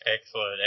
Excellent